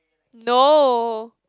no